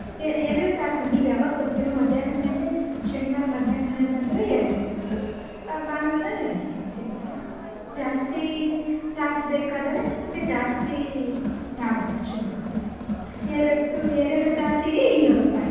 ಎರಡು ತಾಸು ನೀವು ಯಾವಾಗ ಬರ್ತೀರೊ ಮಧ್ಯಾಹ್ನದ ಮೇಲೆ ಶನಿವಾರ ಮಧ್ಯಾಹ್ನದಮೇಲೆ ಬಂದರೆ ಎರಡು ತಾಸು ಭಾನುವಾರ ಎರಡು ತಾಸು ಇರುತ್ತೆ ಜಾಸ್ತಿ ಕ್ಲಾಸ್ ಬೇಕಾದರೆ ನಿಮಗೆ ಜಾಸ್ತಿ ಆಗುತ್ತೆ ಶುಲ್ಕ ಎರಡು ಎರಡು ತಾಸಿಗೆ ಇನ್ನೂರು ರೂಪಾಯಿ